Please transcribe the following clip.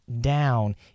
down